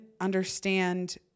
understand